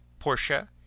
Portia